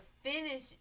finish